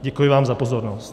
Děkuji vám za pozornost.